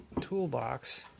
toolbox